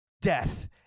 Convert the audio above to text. death